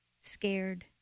scared